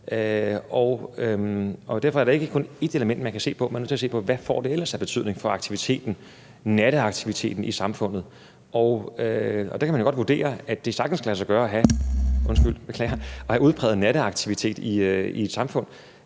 derfor er der ikke kun ét element, man kan se på. Man er nødt til at se på, hvad det ellers får af betydning for natteaktiviteten i samfundet, og der kan man jo godt vurdere, at det sagtens kan lade sig gøre at have udpræget natteaktivitet i et samfund.